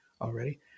already